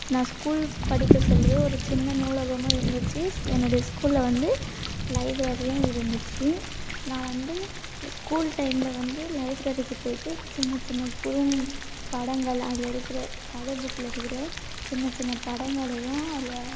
நான் ஸ்கூல் படிக்க சொல்லவே ஒரு சின்ன நூலகமும் இருந்துச்சு ஸ் என்னுடைய ஸ்கூலில் வந்து லைப்ரரியும் இருந்துச்சு நான் வந்து ஸ்கூல் டைமில் வந்து லைப்ரரிக்கு போயிட்டு சின்ன சின்ன குறும் படங்கள் அதில் இருக்கிற கதை புக்கில் இருக்கிற சின்ன சின்ன படங்களையும் அதில்